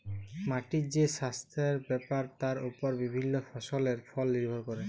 মাটির যে সাস্থের ব্যাপার তার ওপর বিভিল্য ফসলের ফল লির্ভর ক্যরে